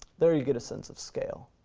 there you get a sense of scale.